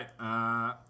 right